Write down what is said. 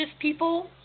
people